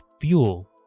fuel